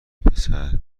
پسر